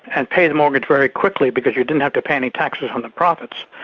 and pay the mortgage very quickly, because you didn't have to pay any taxes on the profits.